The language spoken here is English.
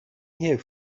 here